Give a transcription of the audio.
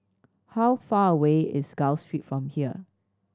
how far away is Gul Street from here